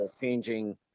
Changing